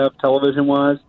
television-wise